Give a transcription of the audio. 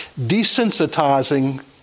desensitizing